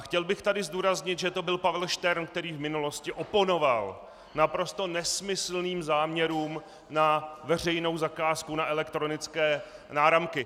Chtěl bych tu zdůraznit, že to byl Pavel Štern, který v minulosti oponoval naprosto nesmyslným záměrům na veřejnou zakázku na elektronické náramky.